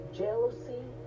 jealousy